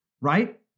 right